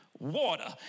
water